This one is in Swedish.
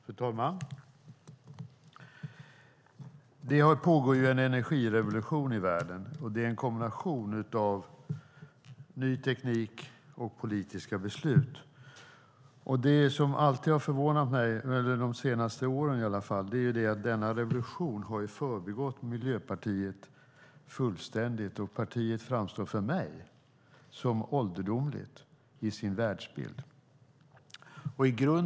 Fru talman! Det pågår en energirevolution i världen. Det är en kombination av ny teknik och politiska beslut. Det som har förvånat mig de senaste åren är att denna revolution fullständigt har förbigått Miljöpartiet, och partiet framstår för mig som ålderdomligt i sin världsbild.